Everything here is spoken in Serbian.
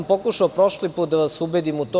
Pokušao sam prošli put da vas ubedim u to.